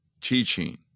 teaching